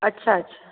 अच्छा अच्छा